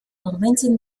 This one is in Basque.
ordaintzen